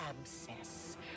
abscess